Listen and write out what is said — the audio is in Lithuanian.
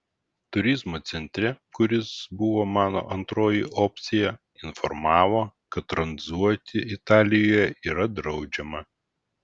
turizmo centre kuris buvo mano antroji opcija informavo kad tranzuoti italijoje yra draudžiama